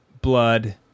blood